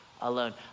alone